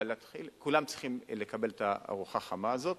אבל כולם צריכים לקבל את הארוחה החמה הזו,